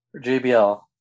JBL